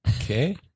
Okay